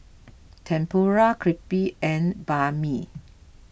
Tempura Crepe and Banh Mi